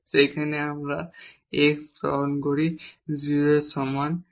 এবং যদি আমরা x গ্রহণ করি তবে তা 0 এর সমান হবে